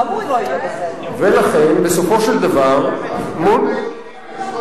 גם ליהודים אסור לפגוע במדינה.